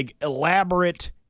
elaborate